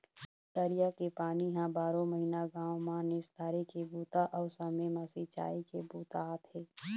तरिया के पानी ह बारो महिना गाँव म निस्तारी के बूता अउ समे म सिंचई के बूता आथे